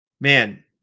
man